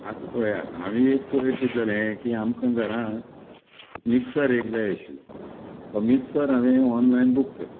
आतां पळयात हांवे एक पयर कितें जालें की आमकां घरांत मिक्सर एक जाय आशिल्लो तो मिक्सर हांवे ऑनलायन बूक केलो